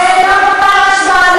זה לא בר-השוואה.